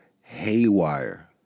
haywire